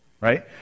right